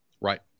Right